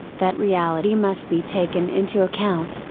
that reality must be taken into account,